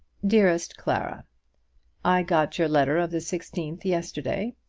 dearest clara i got your letter of the sixteenth yesterday,